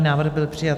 Návrh byl přijat.